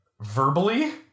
verbally